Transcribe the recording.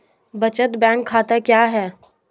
बचत बैंक खाता क्या है?